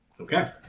Okay